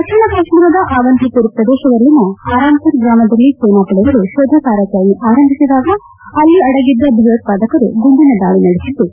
ದಕ್ಷಿಣ ಕಾಶ್ನೀರದ ಆವಂತಿಪುರ ಪ್ರದೇಶದಲ್ಲಿನ ಅರಾಮ್ಪುರ ಗ್ರಾಮದಲ್ಲಿ ಸೇನಾಪಡೆಗಳು ಶೋಧ ಕಾರ್ಯಾಚರಣೆ ಆರಂಭಿಸಿದಾಗ ಅಲ್ಲಿ ಅಡಗಿದ್ದ ಭಯೋತ್ಪಾದಕರು ಗುಂಡಿನ ದಾಳಿ ನಡೆಸಿದ್ಲು